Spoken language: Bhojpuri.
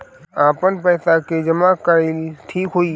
आपन पईसा के जमा कईल ठीक होई?